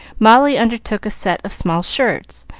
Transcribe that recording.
molly undertook a set of small shirts,